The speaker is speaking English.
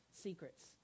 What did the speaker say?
secrets